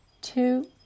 two